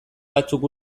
batzuk